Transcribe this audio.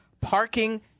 parking